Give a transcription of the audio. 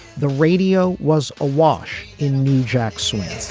the radio was awash in new jack swans.